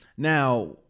Now